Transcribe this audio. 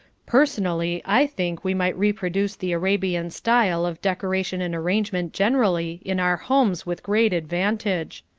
personally, i think we might reproduce the arabian style of decoration and arrangement generally in our homes with great advantage.